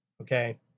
okay